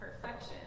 perfection